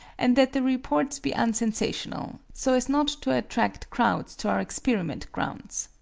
and that the reports be unsensational, so as not to attract crowds to our experiment grounds.